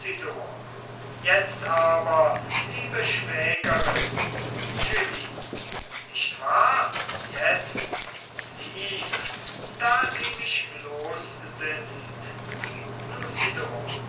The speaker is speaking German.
jetzt aber liebe schwägerin julie nicht wahr jetzt lieb da sie mich los sind